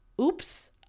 oops